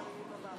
התקבלה בקריאה